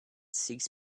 six